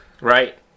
Right